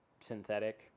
synthetic